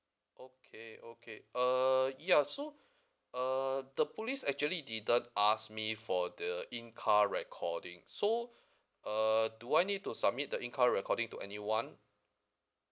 okay okay uh ya so uh the police actually didn't ask me for the in car recording so uh do I need to submit the in car recording to anyone